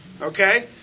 okay